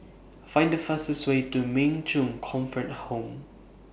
Find The fastest Way to Min Chong Comfort Home